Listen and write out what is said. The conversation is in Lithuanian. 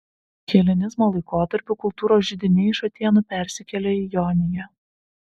helenizmo laikotarpiu kultūros židiniai iš atėnų persikėlė į joniją